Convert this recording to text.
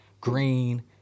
green